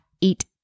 Eat